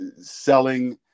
selling